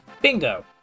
Bingo